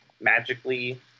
magically